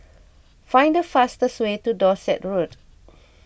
find the fastest way to Dorset Road